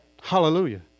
Hallelujah